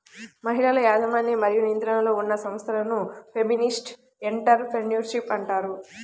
మహిళల యాజమాన్యం మరియు నియంత్రణలో ఉన్న సంస్థలను ఫెమినిస్ట్ ఎంటర్ ప్రెన్యూర్షిప్ అంటారు